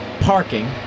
parking